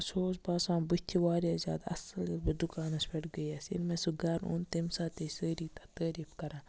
سُہ اوس باسان بٕتھِ واریاہ زیادٕ اصل ییٚلہِ بہٕ دُکانَس پیٚٹھ گٔیَس ییٚلہِ مےٚ سُہ گَرٕ اوٚن تمہِ ساتہٕ تہِ ٲسۍ سٲری تتھ تعریٖف کَران